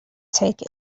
take